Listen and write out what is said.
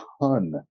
ton